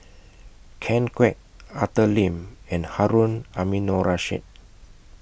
Ken Kwek Arthur Lim and Harun Aminurrashid